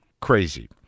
Crazy